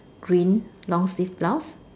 green long sleeve blouse